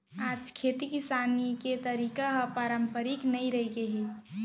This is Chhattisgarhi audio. आज खेती किसानी के तरीका ह पारंपरिक नइ रहिगे हे